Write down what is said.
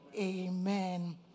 Amen